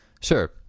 Sure